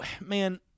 man